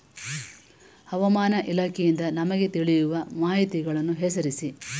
ಹವಾಮಾನ ಇಲಾಖೆಯಿಂದ ನಮಗೆ ತಿಳಿಯುವ ಮಾಹಿತಿಗಳನ್ನು ಹೆಸರಿಸಿ?